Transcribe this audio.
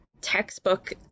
textbook